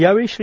यावेळी श्री